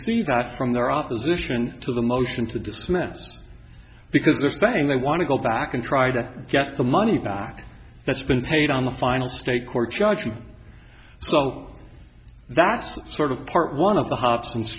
see that from their opposition to the motion to dismiss because they're saying they want to go back and try to get the money back that's been paid on the final state court judge so that's sort of part one of the ho